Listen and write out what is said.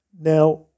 Now